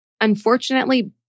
Unfortunately